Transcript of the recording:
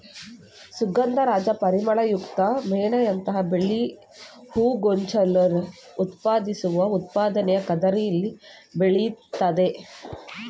ಸುಗಂಧರಾಜ ಪರಿಮಳಯುಕ್ತ ಮೇಣದಂಥ ಬಿಳಿ ಹೂ ಗೊಂಚಲನ್ನು ಉತ್ಪಾದಿಸುವ ಉದ್ದನೆಯ ಕದಿರಲ್ಲಿ ಬೆಳಿತದೆ